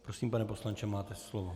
Prosím, pane poslanče, máte slovo.